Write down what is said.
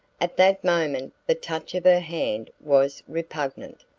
at that moment the touch of her hand was repugnant.